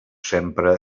sempre